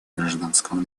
гражданского